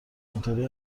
اینطوری